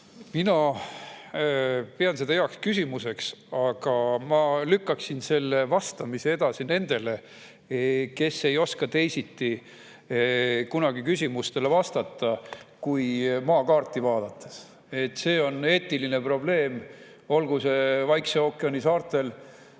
Mina pean seda heaks küsimuseks, aga ma lükkaksin vastamise edasi nendele, kes ei oska küsimustele teisiti vastata kui maakaarti vaadates. See on eetiline probleem, olgu see Vaikse ookeani saartel,